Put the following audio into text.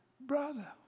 brother